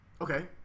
Okay